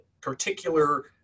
particular